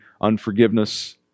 unforgiveness